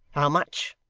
how much